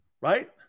right